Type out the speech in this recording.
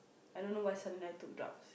I don't know why suddenly I took drugs